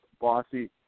bossy